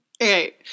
Okay